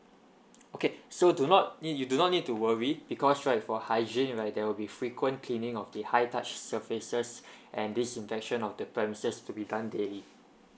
okay so do not you do not need to worry because right for hygiene right there will be frequent cleaning of the high touch surfaces and this intention of the premises to be done daily